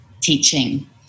teaching